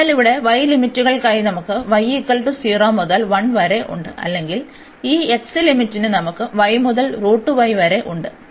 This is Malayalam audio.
അതിനാൽ ഇവിടെ y ലിമിറ്റുകൾക്കായി നമുക്ക് y 0 മുതൽ 1 വരെ ഉണ്ട് അല്ലെങ്കിൽ ഈ x ലിമിറ്റിന് നമുക്ക് y മുതൽ വരെ ഉണ്ട്